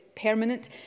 permanent